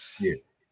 Yes